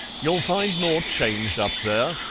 you'll find nought changed up there.